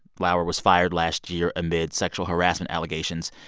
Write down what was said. lauer was fired last year amid sexual harassment allegations.